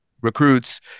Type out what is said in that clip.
recruits